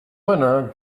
winner